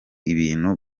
ibintu